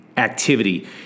Activity